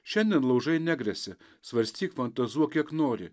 šiandien laužai negresia svarstyk fantazuok kiek nori